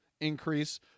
increase